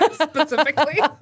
Specifically